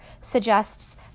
suggests